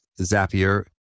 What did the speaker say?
Zapier